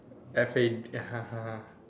F A